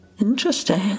interesting